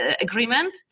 agreement